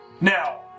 Now